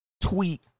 tweet